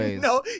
No